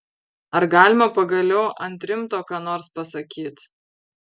ar galima pagaliau ant rimto ką nors pasakyt